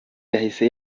yahise